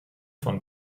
von